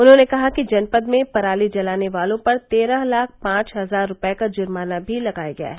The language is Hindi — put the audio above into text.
उन्होंने कहा कि जनपद में पराली जलाने वालों पर तेरह लाख पांच हजार रूपये का जुर्माना भी लगाया गया है